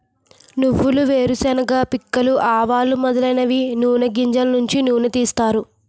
నువ్వులు వేరుశెనగ పిక్కలు ఆవాలు మొదలైనవి నూని గింజలు నుంచి నూనె తీస్తారు